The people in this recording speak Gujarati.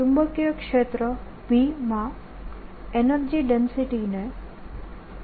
ચુંબકીય ક્ષેત્રમાં સંગ્રહિત ઉર્જા II હલ કરેલા ઉદાહરણો